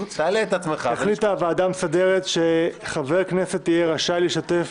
החליטה הוועדה המסדרת שחבר כנסת יהיה רשאי להשתתף